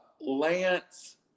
Lance